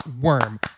worm